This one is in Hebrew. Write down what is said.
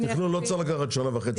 תכנון לא צריך לקחת שנה וחצי.